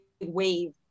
wave